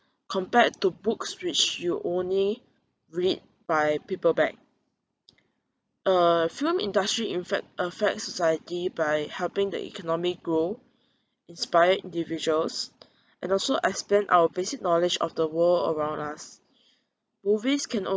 compared to books which you only read by paperback uh film industry in fact affects society by helping the economy grow inspire individuals and also expand our basic knowledge of the world around us movies can